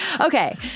Okay